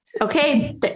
Okay